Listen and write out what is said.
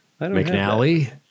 mcnally